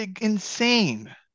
insane